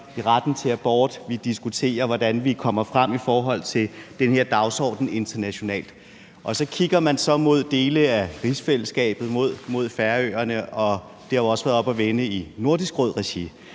i retten til abort. Vi diskuterer, hvordan vi kommer frem i forhold til den her dagsorden internationalt. Og så kigger man så mod dele af rigsfællesskabet, mod Færøerne, og det har jo også været oppe at vende i Nordisk Råd-regi.